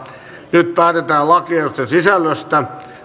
nyt päätetään lakiehdotusten sisällöstä